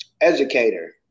educator